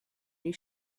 new